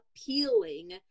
appealing